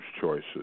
choices